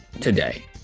today